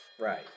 Right